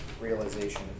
realization